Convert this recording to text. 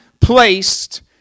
placed